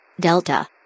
Delta